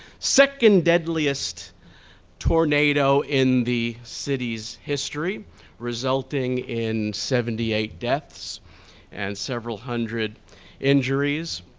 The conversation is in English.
second deadliest tornado in the city's history resulting in seventy eight deaths and several hundred injuries